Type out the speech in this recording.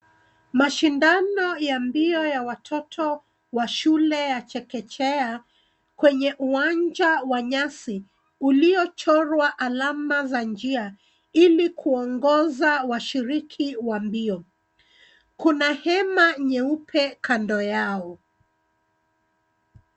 Mashindano ya mbio ya watoto wa shule ya chekechea, kwenye uwanja wa nyasi, uliochorwa alama za njia ilikuongoza washiriki wa mbio. Kuna hema nyeupe kando yao.